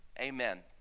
amen